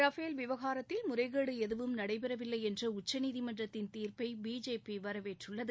Rafale விவகாரத்தில் முறைகேடு எதுவும் நடைபெறவில்லை என்ற உச்சநீதிமன்றத்தின் தீர்ப்பை பிஜேபி வரவேற்றுள்ளது